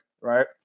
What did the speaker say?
right